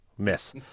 miss